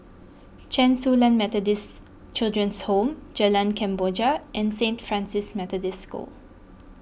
Chen Su Lan Methodist Children's Home Jalan Kemboja and Saint Francis Methodist School